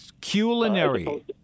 Culinary